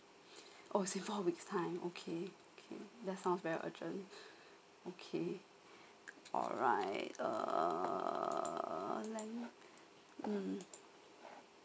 oh so four weeks time okay okay that's sounds very urgent okay alright uh lemme um